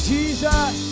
Jesus